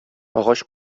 агач